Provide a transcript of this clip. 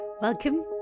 Welcome